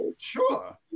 Sure